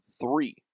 three